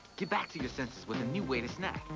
get back to your senses with a new way to snack,